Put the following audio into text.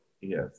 Yes